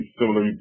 similar